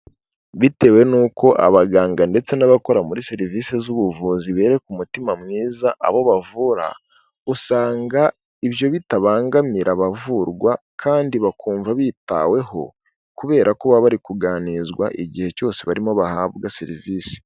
Bitewe n'uko abaganga ndetse n'abakora muri serivisi z'ubuvuzi bereka umutima mwiza abo bavura, usanga ibyo bitabangamira abavurwa kandi bakumva bitaweho kubera ko baba bari kuganirizwa igihe cyose barimo bahabwa serivisi.